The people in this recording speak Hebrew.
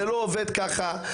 זה לא עובד ככה,